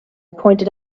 pointed